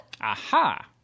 Aha